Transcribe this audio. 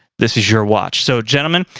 this is your watch! so gentlemen,